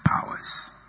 powers